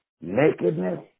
nakedness